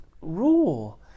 rule